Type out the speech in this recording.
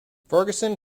ferguson